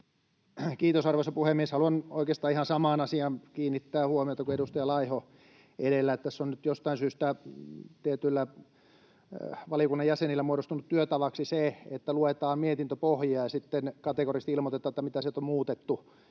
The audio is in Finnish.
Kiitos, arvoisa puhemies! Haluan oikeastaan ihan samaan asiaan kiinnittää huomiota kuin edustaja Laiho edellä. Tässä on nyt jostain syystä tietyillä valiokunnan jäsenillä muodostunut työtavaksi se, että luetaan mietintöpohjaa ja sitten kategorisesti ilmoitetaan, mitä sieltä on muutettu.